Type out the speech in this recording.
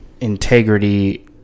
integrity